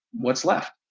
what's left?